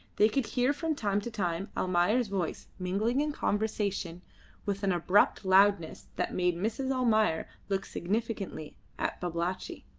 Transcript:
they could hear from time to time almayer's voice mingling in conversation with an abrupt loudness that made mrs. almayer look significantly at babalatchi.